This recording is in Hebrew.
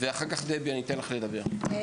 ואחר כך אני אתן לך לדבר, דבי.